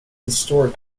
historic